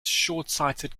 shortsighted